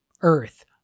Earth